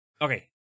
Okay